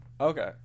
Okay